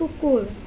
কুকুৰ